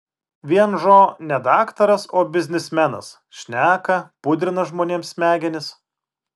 vienžo ne daktaras o biznismenas šneka pudrina žmonėms smegenis